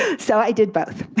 so i did both.